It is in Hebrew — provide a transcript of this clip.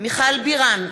מיכל בירן,